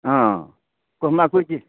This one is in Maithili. हँ कहुना पूर्ति